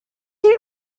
you